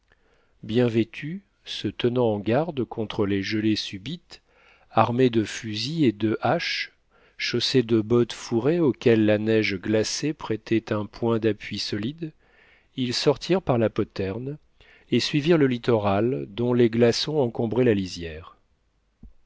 bien vêtus se tenant en garde contre les gelées subites armés de fusils et de haches chaussés de bottes fourrées auxquelles la neige glacée prêtait un point d'appui solide ils sortirent par la poterne et suivirent le littoral dont les glaçons encombraient la lisière